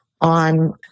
on